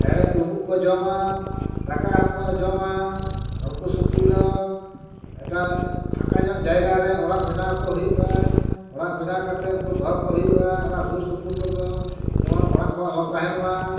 ᱦᱮᱲᱮ ᱞᱳᱵᱳᱜ ᱠᱚ ᱡᱚᱢᱟ ᱫᱟᱠᱟ ᱦᱚᱸᱠᱚ ᱡᱚᱢᱟ ᱩᱱᱠᱩ ᱥᱩᱠᱨᱤ ᱫᱚ ᱮᱴᱟᱜ ᱯᱷᱟᱸᱠᱟ ᱧᱚᱜ ᱡᱟᱭᱜᱟᱨᱮ ᱚᱲᱟᱜ ᱵᱮᱱᱟᱣ ᱠᱚ ᱦᱩᱭᱩᱜᱼᱟ ᱚᱲᱟᱜ ᱵᱮᱱᱟᱣ ᱠᱟᱛᱮᱫ ᱩᱱᱠᱩ ᱫᱚᱦᱚ ᱠᱚ ᱦᱩᱭᱩᱜᱼᱟ ᱚᱱᱟ ᱥᱩᱨ ᱥᱩᱯᱩᱨ ᱠᱚᱨᱮ ᱫᱚ ᱡᱮᱢᱚᱱ ᱚᱲᱟᱜ ᱠᱚ ᱟᱞᱚ ᱛᱟᱦᱮᱱ ᱢᱟ